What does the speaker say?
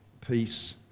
peace